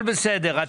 הכול בסדר.